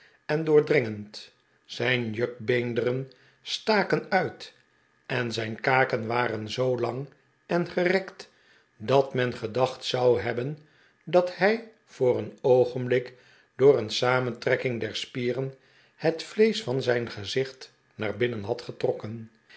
en doordringend zijn jukbeenderen staken uit en zijn kaken waren zoo lang en gerekt dat men gedaeht zou hebben dat hij voor een oogenblik door een samentrekking der spieren het vleesch van zijn gezicht naar binnen had getrokken